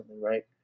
right